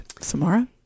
Samara